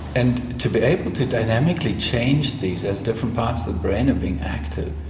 and to be able to dynamically change these as different parts of the brain are being active,